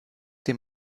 dem